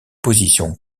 position